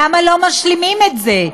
למה לא משלימים את זה?